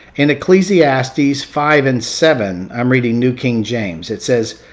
in ecclesiastes five and seven, i'm reading new king james. it says,